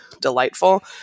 delightful